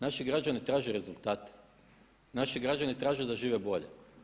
Naši građani traže rezultate, naši građani traže da žive bolje.